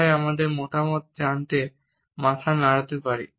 তাই আমরা আমাদের মতামত জানাতে মাথা নাড়তে পারি